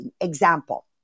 example